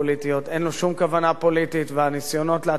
והניסיונות להטיח אשמה בכל מי שמותח ביקורת,